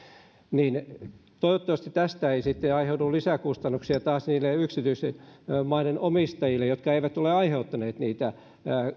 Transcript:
niin toivottavasti tästä ei sitten aiheudu lisäkustannuksia taas niille yksityismaiden omistajille jotka eivät ole aiheuttaneet niitä